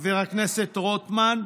חבר הכנסת רוטמן.